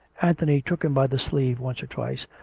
anthony took him by the sleeve once or twice,